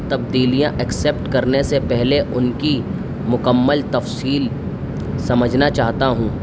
تبدیلیاں ایکسیپٹ کرنے سے پہلے ان کی مکمل تفصیل سمجھنا چاہتا ہوں